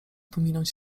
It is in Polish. pominąć